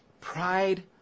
Pride